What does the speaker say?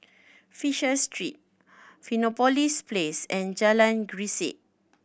Fisher Street Fusionopolis Place and Jalan Grisek